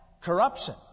corruption